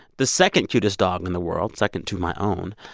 the second cutest dog in the world, second to my own.